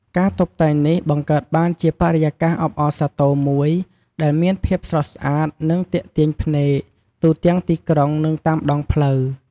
ការតុបតែងនេះបង្កើតបានជា បរិយាកាសអបអរសាទរ មួយដែលមានភាព ស្រស់ស្អាត និង ទាក់ទាញភ្នែក ទូទាំងទីក្រុង និងតាមដងផ្លូវ។